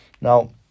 Now